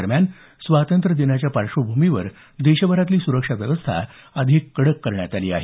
दरम्यान स्वातंत्र्य दिनाच्या पार्श्वभूमीवर देशभरातली सुरक्षा व्यवस्था अधिक कडक करण्यात आली आहे